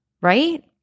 Right